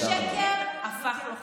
השקר הפך לו חבר.